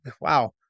wow